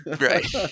right